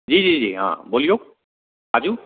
जी जी जी हँ बोलियौ बाजू